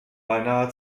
beinahe